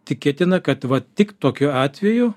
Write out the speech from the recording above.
tikėtina kad va tik tokiu atveju